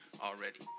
already